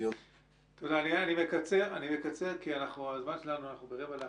אני מקצר, כי הזמן שלנו קצר.